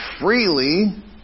freely